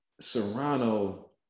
Serrano